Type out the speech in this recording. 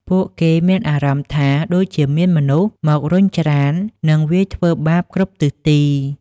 ពួកគេមានអារម្មណ៍ថាដូចជាមានមនុស្សមករុញច្រាន និងវាយធ្វើបាបគ្រប់ទិសទី។